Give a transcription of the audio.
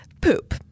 Poop